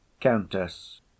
Countess